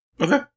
Okay